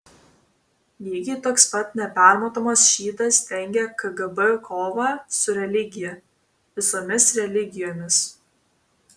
lygiai toks pat nepermatomas šydas dengia kgb kovą su religija visomis religijomis